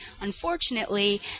Unfortunately